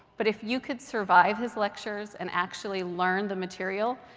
but if you could survive his lectures and actually learn the material,